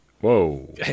Whoa